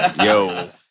Yo